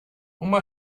uma